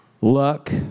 luck